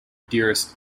dearest